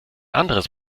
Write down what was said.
anderes